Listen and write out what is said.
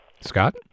Scott